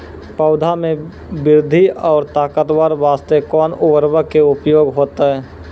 पौधा मे बृद्धि और ताकतवर बास्ते कोन उर्वरक के उपयोग होतै?